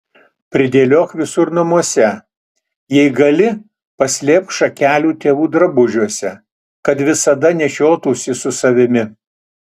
pridėliok visur namuose jei gali paslėpk šakelių tėvų drabužiuose kad visada nešiotųsi su savimi